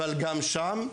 אבל גם שם,